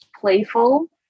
playful